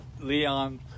Leon